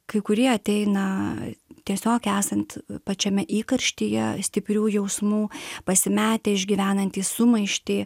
kai kurie ateina tiesiog esant pačiame įkarštyje stiprių jausmų pasimetę išgyvenantys sumaištį